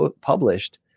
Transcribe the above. published